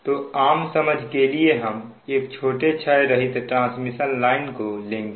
तो आम समझ के लिए हम एक छोटे क्षय रहित ट्रांसमिशन लाइन को लेंगे